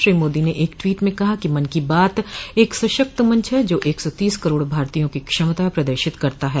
श्री मोदी ने एक ट्वोट में कहा कि मन की बात एक सशक्त मंच है जो एक सौ तीस करोड़ भारतीयों को क्षमता प्रदर्शित करता है